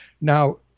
Now